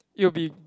it'll be